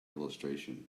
illustration